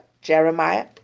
Jeremiah